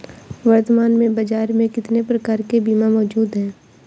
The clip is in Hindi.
वर्तमान में बाज़ार में कितने प्रकार के बीमा मौजूद हैं?